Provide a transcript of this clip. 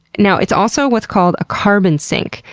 now, it's also what's called a carbon sink,